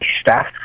staff